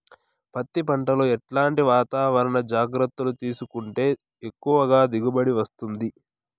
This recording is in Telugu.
పత్తి పంట లో ఎట్లాంటి వాతావరణ జాగ్రత్తలు తీసుకుంటే ఎక్కువగా దిగుబడి వస్తుంది?